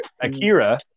Akira